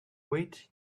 wait